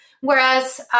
whereas